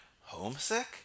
Homesick